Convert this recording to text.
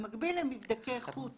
במקביל מבדקי איכות